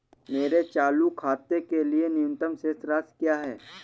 मेरे चालू खाते के लिए न्यूनतम शेष राशि क्या है?